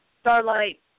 Starlight